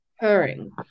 occurring